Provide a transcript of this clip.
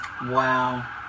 Wow